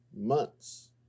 months